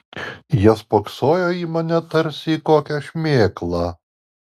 jie spoksojo į mane tarsi į kokią šmėklą